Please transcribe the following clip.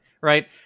right